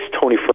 Tony